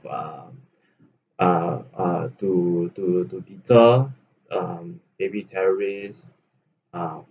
um uh uh to to to deter um maybe terrorists uh